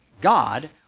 God